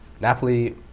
Napoli